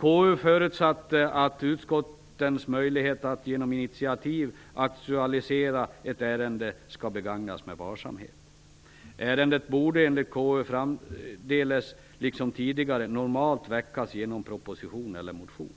KU förutsatte att utskottens möjlighet att genom initiativ aktualisera ett ärende skall begagnas med varsamhet. Ärenden borde enligt KU framdeles liksom tidigare normalt väckas genom proposition eller motion.